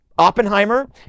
Oppenheimer